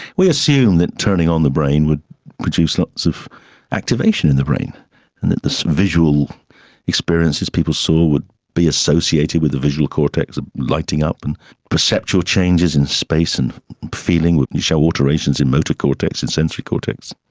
we assumed that turning on the brain would produce lots of activation in the brain and that this visual experiences people saw would be associated with the visual cortex ah lighting up, and perceptual changes in space and feeling would show alterations in motor cortex and sensory cortex.